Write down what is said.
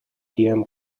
atm